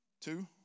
Two